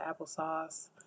applesauce